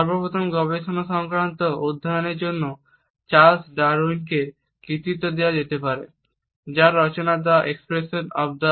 সর্বপ্রথম গবেষণা সংক্রান্ত অধ্যয়নের জন্য চার্লস ডারউইনকে কৃতিত্ব দেওয়া যেতে পারে